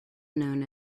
known